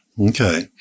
Okay